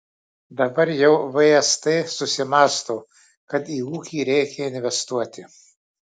dabar jau vst susimąsto kad į ūkį reikia investuoti